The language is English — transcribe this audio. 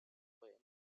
when